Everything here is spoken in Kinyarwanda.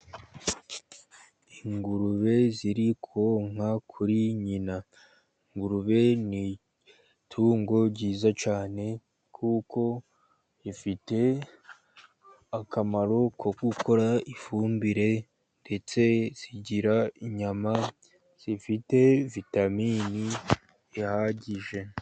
Ingurube ziri konka kuri nyina, ingurube ni itungo ryiza cyane, kuko rifite akamaro ko gukora ifumbire, ndetse zigira inyama zifite vitamini ihagije.